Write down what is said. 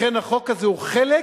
לכן החוק הזה הוא חלק